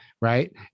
right